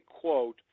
quote